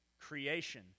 creation